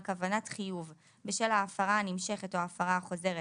כוונת חיוב בשל ההפרה הנמשכת או ההפרה החוזרת,